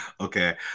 Okay